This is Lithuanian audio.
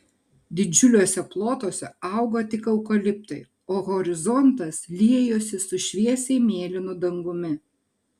didžiuliuose plotuose augo tik eukaliptai o horizontas liejosi su šviesiai mėlynu dangumi